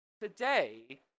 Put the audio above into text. today